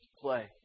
play